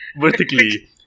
vertically